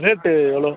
rate எவ்வளோ